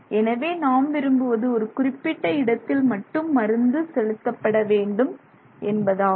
எனவே நாம் விரும்புவது ஒரு குறிப்பிட்ட இடத்தில் மட்டும் மருந்து செலுத்தப்பட வேண்டும் என்பதாகும்